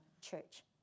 church